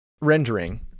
rendering